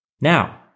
Now